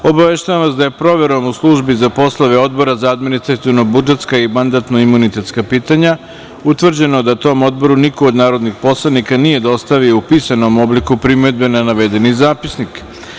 Obaveštavam vas da je proverom u Službi za poslove Odbora za administrativno-budžetska i mandatno-imunitetska pitanja utvrđeno da tom Odboru niko od narodnih poslanika nije dostavio u pisanom obliku primedbe na navedeni Zapisnik.